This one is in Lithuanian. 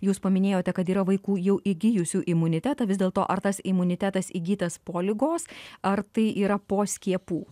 jūs paminėjote kad yra vaikų jau įgijusių imunitetą vis dėlto ar tas imunitetas įgytas po ligos ar tai yra po skiepų